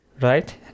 Right